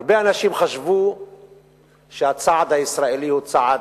הרבה אנשים חשבו שהצעד הישראלי הוא צעד,